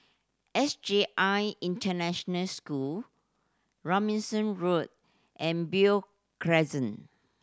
S J I International School Robinson Road and Beo Crescent